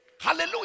Hallelujah